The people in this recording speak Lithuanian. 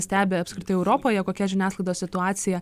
stebi apskritai europoje kokia žiniasklaidos situacija